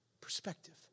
Perspective